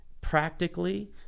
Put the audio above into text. practically